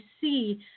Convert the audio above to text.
see